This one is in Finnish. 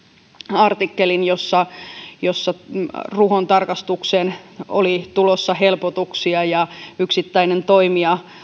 artikkeli siitä että ruhon tarkastukseen oli tulossa helpotuksia ja yksittäinen toimija